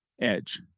Edge